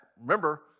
remember